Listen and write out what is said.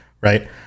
Right